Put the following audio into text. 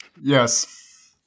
Yes